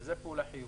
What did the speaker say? - זאת פעולה חיובית.